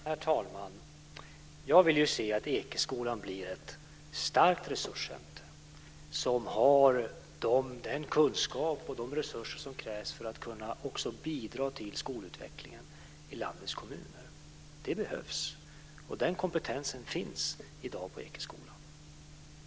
Herr talman! Jag vill se att Ekeskolan blir ett starkt resurscentrum som har den kunskap och de resurser som krävs för att också kunna bidra till skolutvecklingen i landets kommuner. Det behövs, och den kompetensen finns i dag på Ekeskolan.